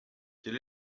quel